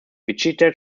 wichita